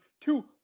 two